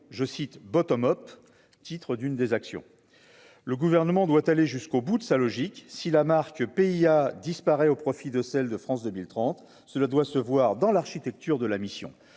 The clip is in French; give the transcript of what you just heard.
je cite, titre d'une des actions, le gouvernement doit aller jusqu'au bout de sa logique : si la marque PIA disparaît au profit de celle de France 2030, cela doit se voir dans l'architecture de la mission,